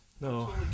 no